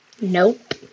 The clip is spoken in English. Nope